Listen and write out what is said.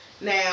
Now